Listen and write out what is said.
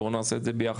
בואו נעשה את זה יחד,